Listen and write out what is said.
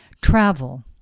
travel